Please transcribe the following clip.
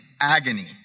agony